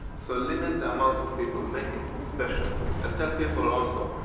so limit the amount of people make it special and tell people also,